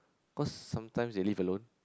cause sometimes they live alone